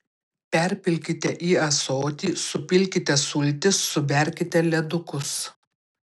perpilkite į ąsotį supilkite sultis suberkite ledukus